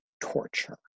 Torture